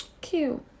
Cute